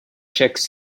checks